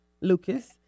Lucas